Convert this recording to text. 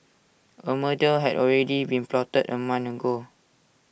A murder had already been plotted A month ago